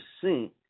percent